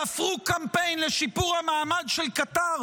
תפרו קמפיין לשיפור המעמד של קטאר,